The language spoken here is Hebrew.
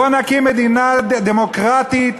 בואו נקים מדינה דמוקרטית,